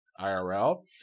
IRL